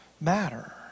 matter